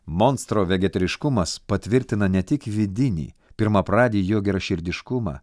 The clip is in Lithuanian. monstro vegetariškumas patvirtina ne tik vidinį pirmapradį jo geraširdiškumą